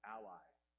Allies